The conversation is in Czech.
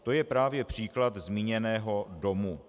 To je právě příklad zmíněného domu.